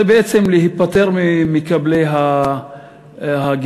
זה בעצם להיפטר ממקבלי הקצבה.